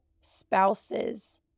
spouses